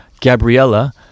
Gabriella